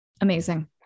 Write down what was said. Amazing